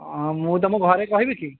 ମୁଁ ତମ ଘରେ କହିବି କି